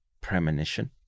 premonition